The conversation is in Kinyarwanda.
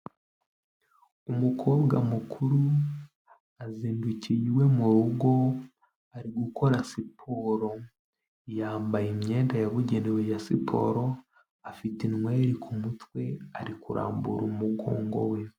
Umukobwa mukuru azindukiye iwe mu rugo ari gukora siporo, yambaye imyenda yabugenewe ya siporo, afite inyweri ku mutwe ari kurambura umugongo we.